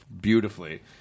beautifully